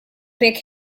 pick